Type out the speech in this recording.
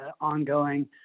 ongoing